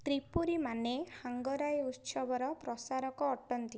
ତ୍ରିପୁରୀମାନେ ହାଙ୍ଗରାଇ ଉତ୍ସବର ପ୍ରସାରକ ଅଟନ୍ତି